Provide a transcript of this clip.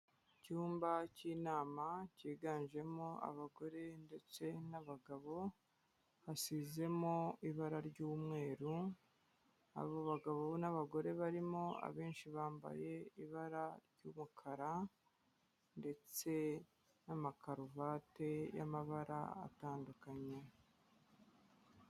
Icyumba cy'inama kiganjemo abagore ndetse n'abagabo, hasizemo ibara ry'umweru, abo bagabo n'abagore barimo abenshi bambaye ibara ry'umukara ndetse n'amakaruvati y'amabara atandukanye.